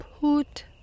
put